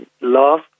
Love